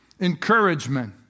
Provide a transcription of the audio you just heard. Encouragement